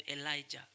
Elijah